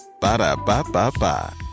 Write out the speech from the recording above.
Ba-da-ba-ba-ba